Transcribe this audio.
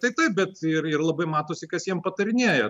taip taip bet ir labai matosi kas jiem patarinėja